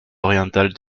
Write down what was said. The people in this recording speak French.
orientales